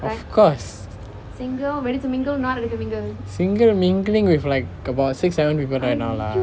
of course single mingling with like about six seven people right now lah